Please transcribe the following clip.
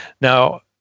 Now